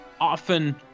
often